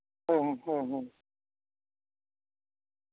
ᱦᱩᱸ ᱦᱩᱸ ᱦᱩᱸ ᱦᱩᱸ